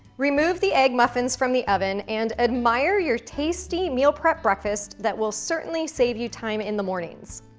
remove the egg muffins from the oven, and admire your tasty meal-prep breakfast that will certainly save you time in the mornings.